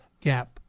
gap